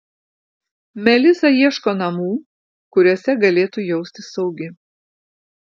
melisa ieško namų kuriuose galėtų jaustis saugi